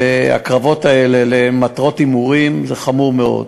והקרבות האלה למטרות הימורים הם דבר חמור מאוד.